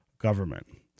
government